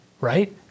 right